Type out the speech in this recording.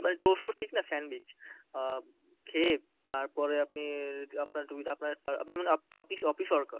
বা টোস্টও ঠিক না স্যান্ডউইচ খেয়ে তারপরে আপনি আপনার দুই আপনার আপনার মানে আপ তো অফিস অফিস ওয়ার্কার